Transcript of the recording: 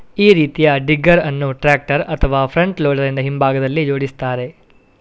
ಈ ರೀತಿಯ ಡಿಗ್ಗರ್ ಅನ್ನು ಟ್ರಾಕ್ಟರ್ ಅಥವಾ ಫ್ರಂಟ್ ಲೋಡರಿನ ಹಿಂಭಾಗದಲ್ಲಿ ಜೋಡಿಸ್ತಾರೆ